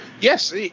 Yes